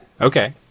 Okay